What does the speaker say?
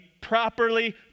properly